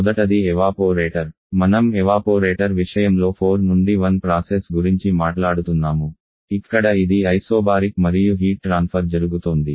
మొదటది evaporator మనం evaporator విషయంలో 4 నుండి 1 ప్రాసెస్ గురించి మాట్లాడుతున్నాము ఇక్కడ ఇది ఐసోబారిక్ మరియు హీట్ ట్రాన్ఫర్ జరుగుతోంది